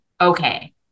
okay